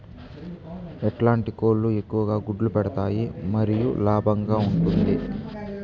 ఎట్లాంటి కోళ్ళు ఎక్కువగా గుడ్లు పెడతాయి మరియు లాభంగా ఉంటుంది?